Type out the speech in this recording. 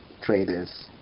traders